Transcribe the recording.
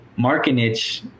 Markinich